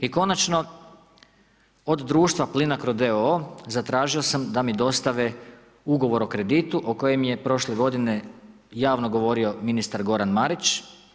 I konačno, od društva Plinarco d.o.o. zatražio sam da mi dostave ugovor o kreditu o kojem je prošle godine, javno govorimo ministar Goran Marić.